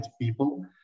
people